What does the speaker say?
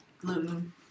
Gluten